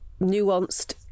nuanced